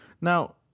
Now